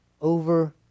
over